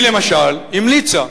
היא, למשל, המליצה